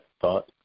thought